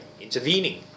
intervening